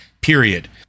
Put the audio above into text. period